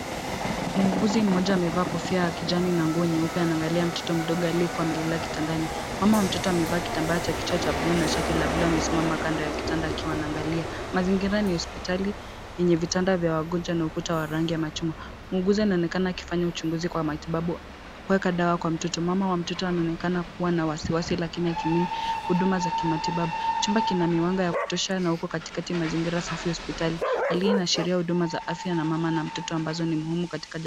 Muuguzi mmoja amevaa kofia ya kijani na nguo nyeupe anaangalia mtoto mdogo aliyekua amelala kitandani. Mama wa mtoto amevaa kitambaa cha kichwa cha bluu na shati la bluu amesimama kando ya kitanda akiwa anaangalia. Mazingira ni hospitali yenye vitanda vya wagonjwa na ukuta wa rangi ya machungwa. Muuguzi anaonekana akifanya uchunguzi kwa matibabu kuweka dawa kwa mtoto. Mama wa mtoto anaonekana kuwa na wasiwasi lakini akiamini huduma za kimatibabu. Chumba kina miwanga ya kutosha na huku katikati mazingira safi ya hospitali. Aliye na sheria huduma za afya na mama na mtoto ambazo ni muhimu katika jamii.